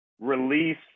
Release